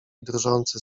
drżący